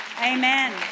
Amen